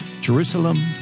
Jerusalem